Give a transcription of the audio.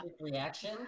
reaction